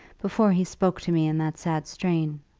before he spoke to me in that sad strain.